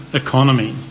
economy